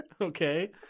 Okay